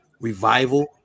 revival